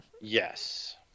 Yes